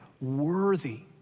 worthy